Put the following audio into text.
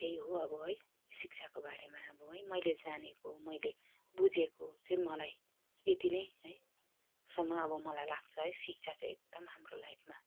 त्यही हो अब है शिक्षाको बारेमा अब है मैले जानेको मैले बुझेको चाहिँ मलाई यति नै है सम्म अब मलाई लाग्छ है शिक्षा चाहिँ एकदम हाम्रो लाइफमा